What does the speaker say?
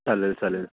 चालेल चालेल